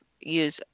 use